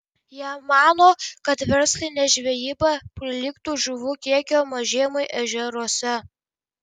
jie mano kad verslinė žvejyba prilygtų žuvų kiekio mažėjimui ežeruose